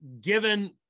given